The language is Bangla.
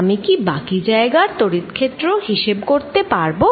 আমি কি বাকি জায়গার তড়িৎ ক্ষেত্র হিসেব করতে পারবো